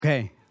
Okay